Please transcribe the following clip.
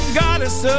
goddess